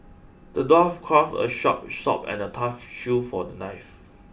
the dwarf crafted a sharp sword and a tough shield for the knight